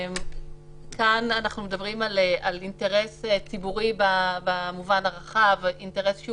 כאן אנחנו מדברים על אינטרס ציבורי במובן הרחב אינטרס שהוא